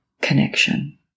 connection